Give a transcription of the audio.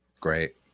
great